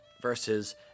versus